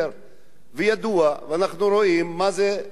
וידוע, ואנחנו רואים מה זה כאילו